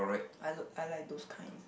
I l~ I like those kinds